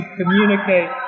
communicate